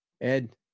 Ed